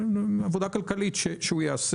עבודה כלכלית שהוא יעשה,